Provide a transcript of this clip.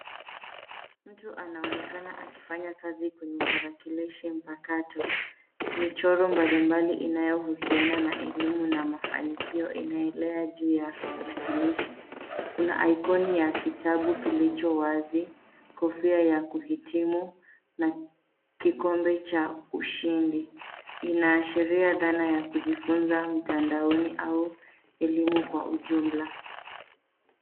Mtu anaonekana akifanya kazi kwenye tarakilishi mpakato. Michoro mbalimbali inayohusiana na elimu na mafanikio inaelea juu ya tarakilishi. Kuna ikoni ya kitabu kilicho wazi, kofia ya kuhitimu na kikombe cha ushindi. Inaashiria dhana ya kujifunza mtandaoni au elimu kwa ujumla.